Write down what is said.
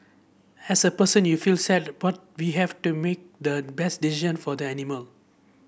as a person you feel sad but we have to make the best decision for the animal